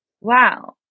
wow